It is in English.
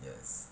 yes